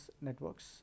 networks